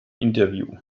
interview